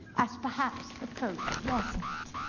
as perhaps the pope wasn't.